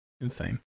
insane